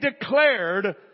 declared